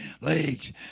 legs